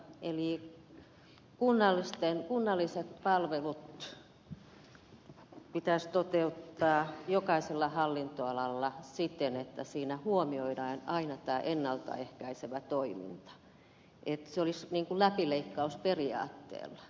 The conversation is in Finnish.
eli kunnalliset palvelut pitäisi toteuttaa jokaisella hallinnonalalla siten että siinä huomioidaan aina tämä ennalta ehkäisevä toiminta että se olisi läpileikkausperiaatteella